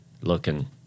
looking